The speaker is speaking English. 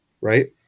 right